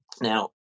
Now